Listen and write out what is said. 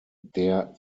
der